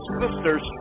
Sister's